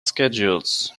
schedules